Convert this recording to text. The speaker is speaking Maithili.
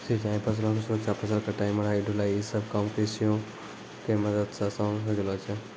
सिंचाई, फसलो के सुरक्षा, फसल कटाई, मढ़ाई, ढुलाई इ सभ काम कृषियंत्रो के मदत से असान होय गेलो छै